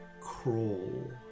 crawl